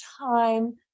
time